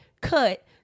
cut